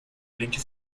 linke